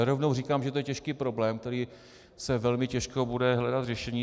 Rovnou říkám, že je to těžký problém, kde se velmi těžko bude hledat řešení.